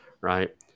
Right